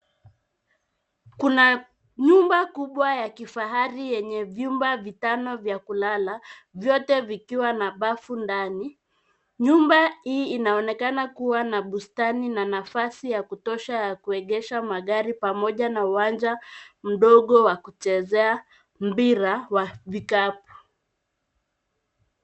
Kuna nyumba kubwa ya kifahari yenye vyumba vitano vya kulala, vyote vikiwa na bafu ndani. Nyumba hii inaonekana kuwa na bustani na nafasi ya kutosha ya kuegesha magari pamoja na uwanja mdogo wa kuchezea mpira wa vikapu.